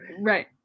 right